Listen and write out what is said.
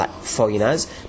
foreigners